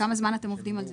כמה זמן אתם עובדים על זה?